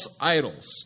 idols